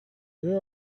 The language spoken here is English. where